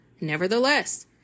Nevertheless